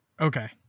Okay